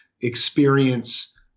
experience